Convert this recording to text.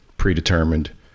predetermined